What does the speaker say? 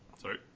Sorry